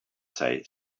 say